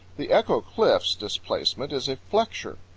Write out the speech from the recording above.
the echo cliffs displacement is a flexure.